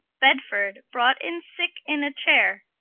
bedford brought in sicke in a chayre.